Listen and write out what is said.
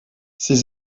ses